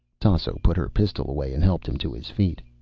tasso put her pistol away and helped him to his feet.